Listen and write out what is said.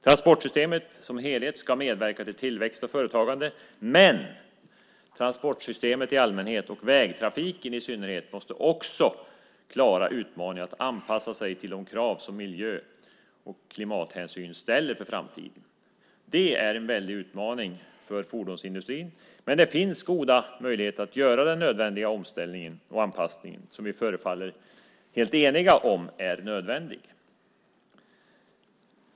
Transportsystemet som helhet ska medverka till tillväxt och företagande, men transportsystemet i allmänhet och vägtrafiken i synnerhet måste också klara utmaningen att anpassa sig till de krav som miljö och klimathänsyn ställer för framtiden. Det är en väldig utmaning för fordonsindustrin, men det finns goda möjligheter att göra den nödvändiga omställning och anpassning som vi förefaller vara helt eniga om är nödvändig.